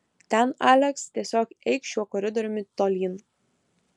ten aleks tiesiog eik šiuo koridoriumi tolyn